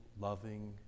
loving